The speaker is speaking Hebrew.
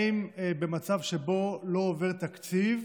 אם במצב שבו לא עובר תקציב,